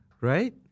right